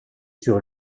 sur